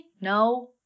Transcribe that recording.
No